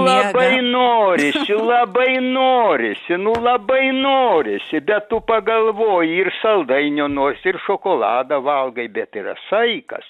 labai noris labai norisi nu labai norisi bet tu pagalvoji ir saldainio norisi ir šokoladą valgai bet yra saikas